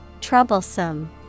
Troublesome